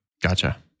Gotcha